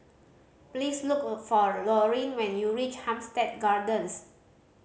please look for Lorin when you reach Hampstead Gardens